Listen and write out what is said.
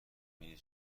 میری